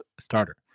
starter